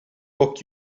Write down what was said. book